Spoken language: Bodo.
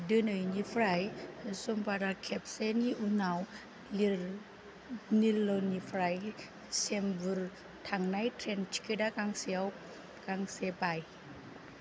दिनैनिफ्राय समबारा खेबसेनि उनाव लिर निरल'निफ्राय सेम्बुर थांनाय ट्रेन टिकेटआ गांसेयाव गांसे बाय